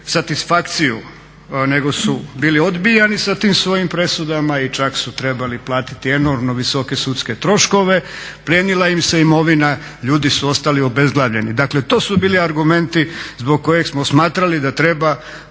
satisfakciju nego su bili odbijani sa tim svojim presudama i čak su trebali platiti enormno visoke sudske troškove, plijenila im se imovina, ljudi su ostali obezglavljeni. Dakle, to su bili argumenti zbog kojih smo smatrali da treba